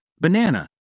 banana